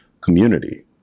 community